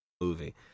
movie